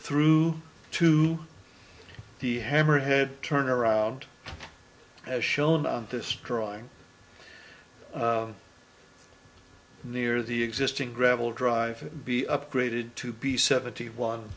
through to the hammerhead turnaround as shown on destroying near the existing gravel drive to be upgraded to be seventy one